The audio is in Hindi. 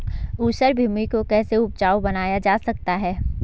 ऊसर भूमि को कैसे उपजाऊ बनाया जा सकता है?